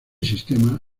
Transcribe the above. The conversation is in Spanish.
sistema